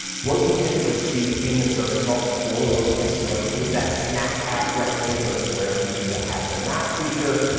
what you typically see in the search results for local seo, is that snack pack, rectangular square feature that has the map feature,